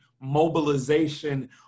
mobilization